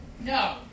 No